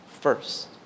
first